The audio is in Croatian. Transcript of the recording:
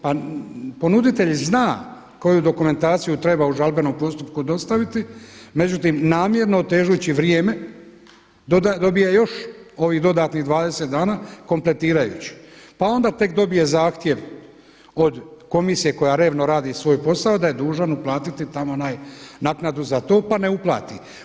Pa ponuditelj zna koju dokumentaciju treba u žalbenom postupku dostaviti međutim namjerno otežući vrijeme dobija još ovih dodatnih 20 dana kompletirajući, pa onda tek dobije zahtjev od komisije koja revno radi svoj posao da je dužan uplatiti tamo naknadu za to pa ne uplati.